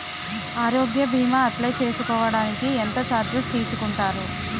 ఆరోగ్య భీమా అప్లయ్ చేసుకోడానికి ఎంత చార్జెస్ తీసుకుంటారు?